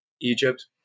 Egypt